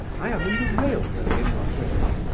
i am in the railroad employ,